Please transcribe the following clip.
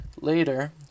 later